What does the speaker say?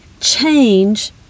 change